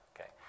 Okay